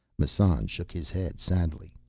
massan shook his head sadly.